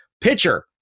pitcher